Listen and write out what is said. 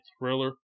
thriller